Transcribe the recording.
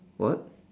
what